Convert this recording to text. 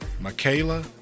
Michaela